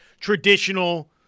traditional